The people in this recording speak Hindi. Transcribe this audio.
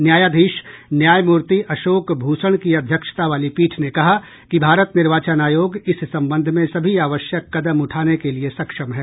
न्यायाधीश न्यायमूर्ति अशोक भूषण की अध्यक्षता वाली पीठ ने कहा कि भारत निर्वाचन आयोग इस संबंध में सभी आवश्यक कदम उठाने के लिए सक्षम है